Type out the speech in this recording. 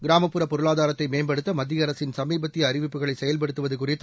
கிராமப்புற பொருளாதாரத்தை மேம்படுத்த மத்திய அரசின் சமீபத்திய அறிவிப்புகளை செயல்படுத்துவது குறித்து